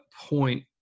point